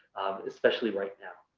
especially right now.